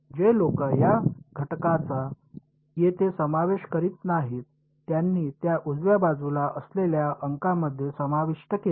जे लोक या घटकाचा येथे समावेश करीत नाहीत त्यांनी त्या उजव्या बाजूला असलेल्या अंकामध्ये समाविष्ट केला